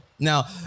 Now